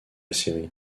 série